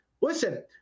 listen